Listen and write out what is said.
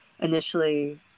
initially